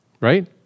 Right